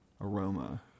aroma